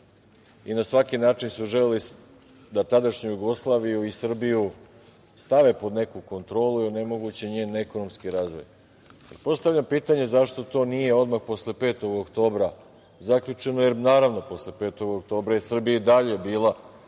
i na svaki način su želeli da tadašnju Jugoslaviju i Srbiju stave pod neku kontrolu i onemoguće njen ekonomski razvoj. Postavljam pitanje – zašto to nije odmah posle 5. oktobra zaključeno? Naravno posle 5. oktobra je Srbija i dalje bila